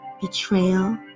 betrayal